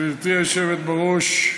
גברתי היושבת בראש,